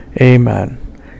amen